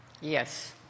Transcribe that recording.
Yes